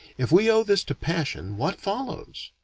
if we owe this to passion, what follows?